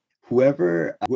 whoever